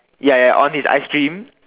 ya ya on his ice cream